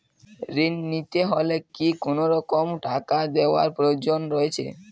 ঋণ নিতে হলে কি কোনরকম টাকা দেওয়ার প্রয়োজন রয়েছে?